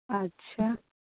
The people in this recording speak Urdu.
اچھا